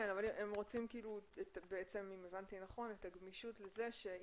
אם הבנתי נכון הם רוצים את הגמישות לכך שאם